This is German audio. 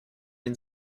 den